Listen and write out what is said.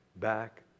back